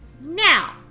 Now